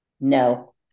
No